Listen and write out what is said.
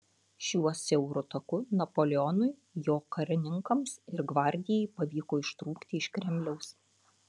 šiuo siauru taku napoleonui jo karininkams ir gvardijai pavyko ištrūkti iš kremliaus